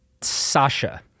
Sasha